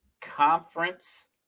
conference